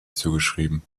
zugeschrieben